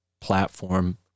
platform